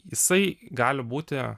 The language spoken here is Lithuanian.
jisai gali būti